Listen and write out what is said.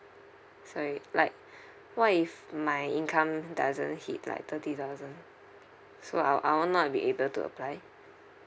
sorry like what if my income doesn't hit like thirty thousand so I'll I'll not be able to apply